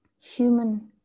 human